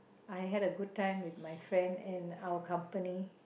I had a good time with my friend and our company